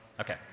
Okay